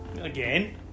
again